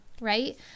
right